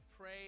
pray